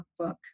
workbook